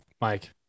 Mike